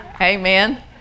Amen